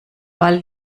ball